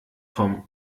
vom